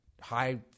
high